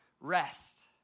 rest